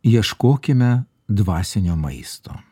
ieškokime dvasinio maisto